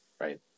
right